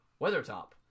Weathertop